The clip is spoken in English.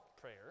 prayer